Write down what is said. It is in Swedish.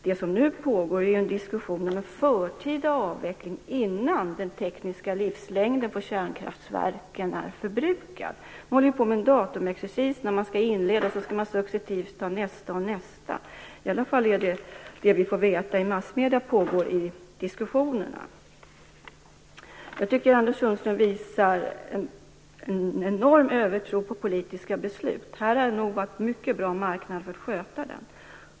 Det som nu pågår är en diskussion om en förtida avveckling, innan den tekniska livslängden på kärnkraftverken är förbrukad. Man håller på med datumexercis. När man inleder avvecklingen skall man successivt ta nästa. Det är i alla fall vad vi genom massmedierna får veta sägs i diskussionerna. Jag tycker att Anders Sundström visar en enorm övertro på politiska beslut. Här hade det nog varit mycket bra om marknaden fått sköta detta.